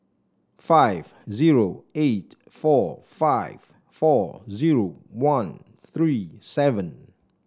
five zero eight four five four zero one three seven